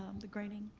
um the grading?